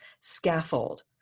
scaffold